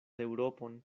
eŭropon